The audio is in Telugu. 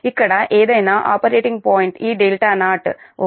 ఇక్కడ ఏదైనా ఆపరేటింగ్ పాయింట్ ఈ 0 ఓకే